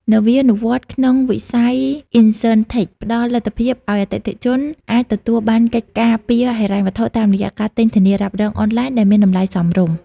នវានុវត្តន៍ក្នុងវិស័យ Insurtech ផ្ដល់លទ្ធភាពឱ្យអតិថិជនអាចទទួលបានកិច្ចការពារហិរញ្ញវត្ថុតាមរយៈការទិញធានារ៉ាប់រងអនឡាញដែលមានតម្លៃសមរម្យ។